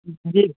जी